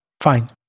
Fine